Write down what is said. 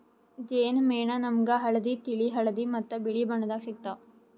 ಜೇನ್ ಮೇಣ ನಾಮ್ಗ್ ಹಳ್ದಿ, ತಿಳಿ ಹಳದಿ ಮತ್ತ್ ಬಿಳಿ ಬಣ್ಣದಾಗ್ ಸಿಗ್ತಾವ್